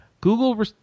Google